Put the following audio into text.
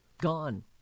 gone